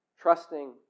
trusting